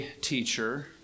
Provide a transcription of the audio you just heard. teacher